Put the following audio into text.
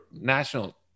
National